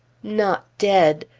not dead!